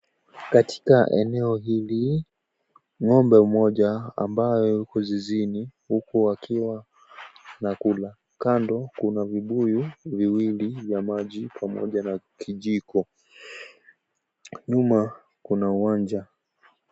Katika eneo hili ngombe mmoja ambaye yuko zizini huku akiwa anakula, kando kuna vibuyu viwili vya maji pamoja na kijiko. Nyuma kuna uwanja.